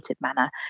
manner